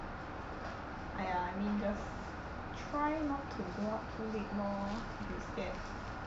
!aiya! I mean just try not to go out too late lor if you scared